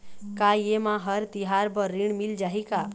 का ये मा हर तिहार बर ऋण मिल जाही का?